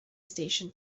station